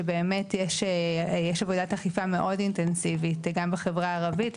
שבאמת יש עבודת אכיפה מאוד אינטנסיבית גם בחברה הערבית,